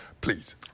please